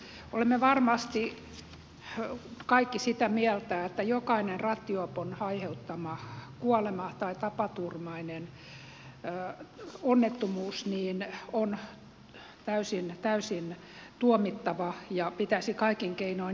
olemme varmasti kaikki sitä mieltä että jokainen rattijuopon aiheuttama kuolema tai tapaturmainen onnettomuus on täysin tuomittava ja pitäisi kaikin keinoin ehkäistä